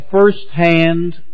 firsthand